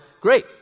great